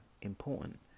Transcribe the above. important